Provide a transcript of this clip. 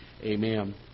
Amen